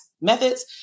methods